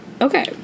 Okay